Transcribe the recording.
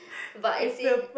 but is in